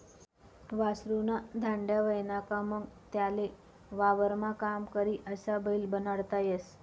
वासरु ना धांड्या व्हयना का मंग त्याले वावरमा काम करी अशा बैल बनाडता येस